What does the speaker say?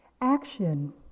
action